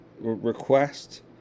request